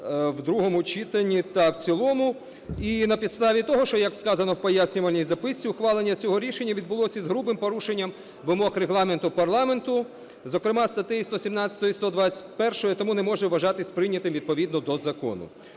в другому читанні та в цілому. І на підставі того, що, як сказано в пояснювальній записці, ухвалення цього рішення відбулось із грубим порушенням вимог Регламенту парламенту, зокрема статей 117-ї і 121-ї, тому не може вважатись прийнятим відповідно до закону.